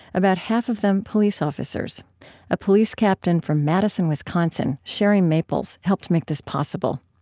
about half of them police officers a police captain from madison, wisconsin, cheri maples, helped make this possible.